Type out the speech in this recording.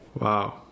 wow